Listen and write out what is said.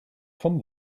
vom